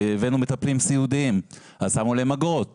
הבאנו מטפלים סיעודיים, אז שמו עליהם אגרות